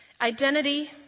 identity